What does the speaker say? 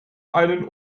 einen